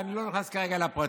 ואני לא נכנס כרגע לפרטים.